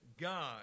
God